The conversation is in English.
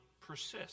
persist